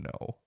no